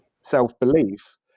self-belief